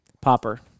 Popper